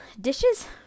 dishes